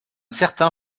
certain